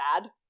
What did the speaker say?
bad